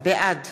בעד